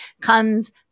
comes